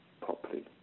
properly